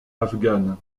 afghane